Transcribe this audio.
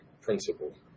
principle